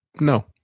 No